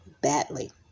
badly